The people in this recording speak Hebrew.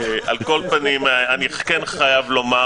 אני חייב לומר